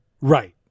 Right